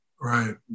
Right